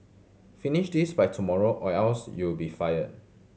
finish this by tomorrow or else you'll be fired